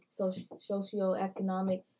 socioeconomic